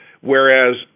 whereas